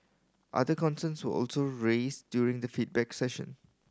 other concerns were also raised during the feedback session